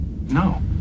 No